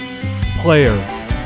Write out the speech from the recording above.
player